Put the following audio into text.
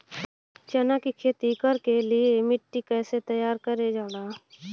चना की खेती कर के लिए मिट्टी कैसे तैयार करें जाला?